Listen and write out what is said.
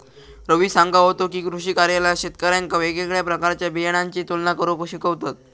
रवी सांगा होतो की, कृषी कार्यालयात शेतकऱ्यांका येगयेगळ्या प्रकारच्या बियाणांची तुलना करुक शिकवतत